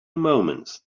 moments